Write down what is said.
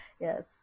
yes